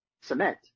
cement